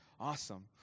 Awesome